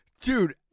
Dude